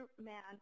man